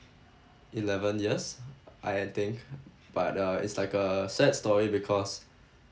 eleven years I I think but uh it's like a sad story because